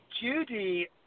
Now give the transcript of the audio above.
Judy